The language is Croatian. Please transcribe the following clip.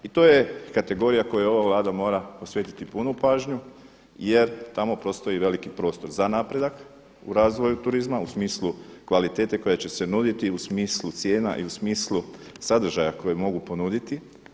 I to je kategorija kojoj ova Vlada mora posvetiti punu pažnju jer tamo postoji veliki prostor za napredak u razvoju turizma u smislu kvalitete koja će se nuditi i u smislu cijena i u smislu sadržaja koji mogu ponuditi.